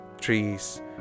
trees